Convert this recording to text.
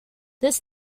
this